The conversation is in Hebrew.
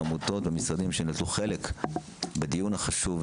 העמותות והמשרדים שנטלו חלק בדיון החשוב,